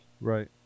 right